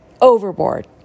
overboard